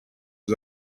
his